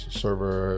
server